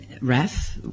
RAF